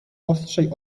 ostrzej